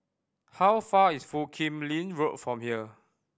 how far is Foo Kim Lin Road from here